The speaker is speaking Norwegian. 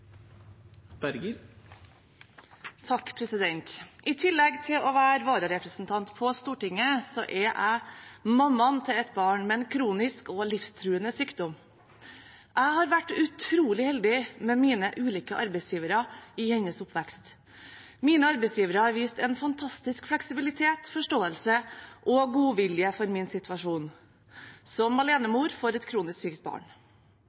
jeg mammaen til et barn med en kronisk og livstruende sykdom. Jeg har vært utrolig heldig med mine ulike arbeidsgivere i hennes oppvekst. Mine arbeidsgivere har vist en fantastisk fleksibilitet, forståelse og godvilje når det gjelder min situasjon som alenemor for et kronisk sykt barn.